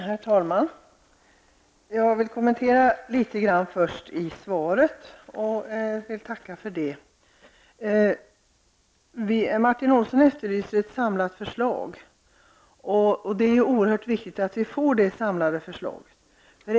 Herr talman! Jag vill först kommentera svaret litet grand och tacka för det. Martin Olsson efterlyser ett samlat förslag. Det är oerhört viktigt att vi får ett sådant samlat förslag.